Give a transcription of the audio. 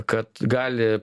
kad gali